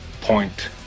point